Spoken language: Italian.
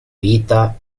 vita